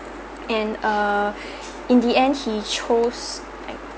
and err in the end he chose